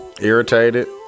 irritated